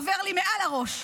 עובר לי מעל הראש.